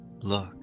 Look